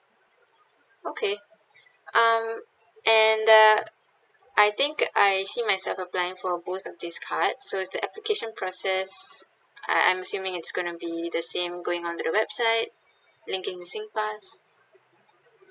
okay um and uh I think I see myself applying for both of these cards so is the application process I I'm assuming it's going to be the same going on to the website linking with singpass